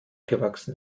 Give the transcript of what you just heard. gewachsen